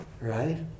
right